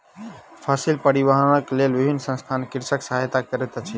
फसिल परिवाहनक लेल विभिन्न संसथान कृषकक सहायता करैत अछि